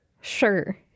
Sure